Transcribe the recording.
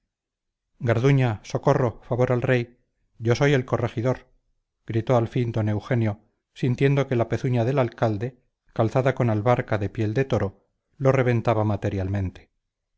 garduña socorro favor al rey yo soy el corregidor gritó al fin don eugenio sintiendo que la pezuña del alcalde calzada con albarca de piel de toro lo reventaba materialmente